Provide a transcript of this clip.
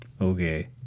Okay